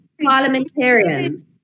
parliamentarians